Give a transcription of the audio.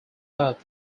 out